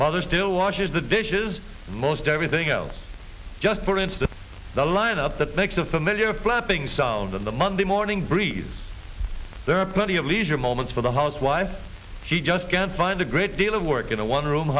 mother still washes the dishes and most everything else just for instance the lineup that makes a familiar flapping sound in the monday morning breeze there are plenty of leisure moments for the housewife she just can't find a great deal of work in a one room